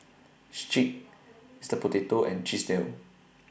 Schick Mister Potato and Chesdale